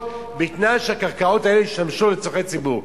בתנאי שהקרקעות האלה ישמשו לצורכי ציבור.